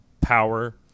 power